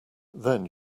then